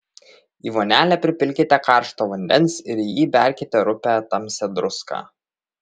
į vonelę pripilkite karšto vandens ir į jį įberkite rupią tamsią druską